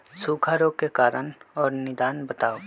सूखा रोग के कारण और निदान बताऊ?